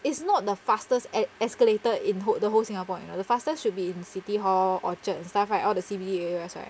it's not the fastest es~ escalator in whol~ the whole singapore you know the fastest should be in city hall orchard and stuff right all the C_B_D areas right